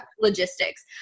logistics